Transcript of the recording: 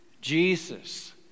Jesus